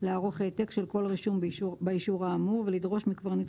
לערוך העתק של כל רישום באישור האמור ולדרוש מקברניט